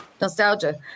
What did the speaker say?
Nostalgia